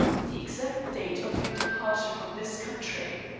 the exact date of your departure from this country.